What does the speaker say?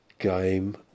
game